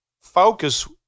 focus